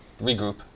regroup